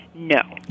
No